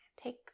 Take